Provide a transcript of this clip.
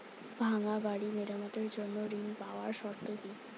ভাঙ্গা বাড়ি মেরামতের জন্য ঋণ পাওয়ার শর্ত কি?